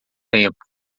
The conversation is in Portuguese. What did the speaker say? tempo